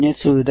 બનાવશે